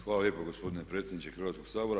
Hvala lijepo gospodine predsjedniče Hrvatskog sabora.